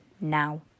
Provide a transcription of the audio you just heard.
now